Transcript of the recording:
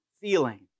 feeling